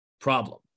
problem